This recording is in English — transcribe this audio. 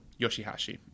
Yoshihashi